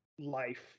life